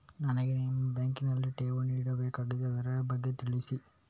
ನನಗೆ ನಿಮ್ಮ ಬ್ಯಾಂಕಿನಲ್ಲಿ ಠೇವಣಿ ಇಡಬೇಕಾಗಿದೆ, ಅದರ ಬಗ್ಗೆ ತಿಳಿಸಿ